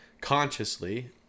consciously